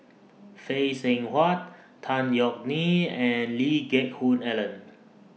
Phay Seng Whatt Tan Yeok Nee and Lee Geck Hoon Ellen